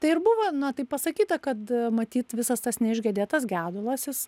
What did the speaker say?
tai ir buvo na taip pasakyta kad matyt visas tas neišgedėtas gedulas jis